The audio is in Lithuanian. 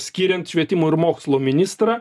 skiriant švietimo ir mokslo ministrą